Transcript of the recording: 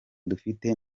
dufite